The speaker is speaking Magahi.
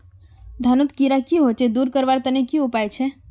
धानोत कीड़ा की होचे दूर करवार तने की उपाय छे?